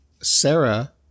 Sarah